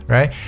Right